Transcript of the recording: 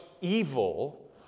evil